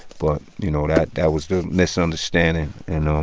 but you know, that that was the misunderstanding. and um